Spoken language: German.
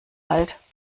alt